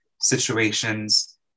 situations